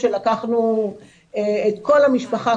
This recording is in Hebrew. כשלקחנו את כל המשפחה,